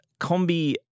combi